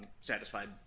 satisfied